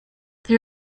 they